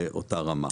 לאותה רמה.